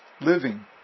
living